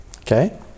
okay